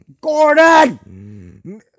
Gordon